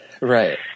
Right